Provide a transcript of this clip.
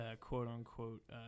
quote-unquote